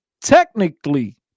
technically